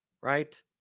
right